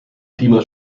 klima